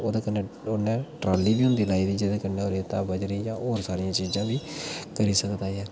ओह्दे कन्नै उन्नै ट्राली बी होंदी लाई दी जेह्दे कन्नै ओह् रेता बज्जरी जां जेह्दे कन्नै ओह् होर बी सारियां चीजां करी सकदा ऐ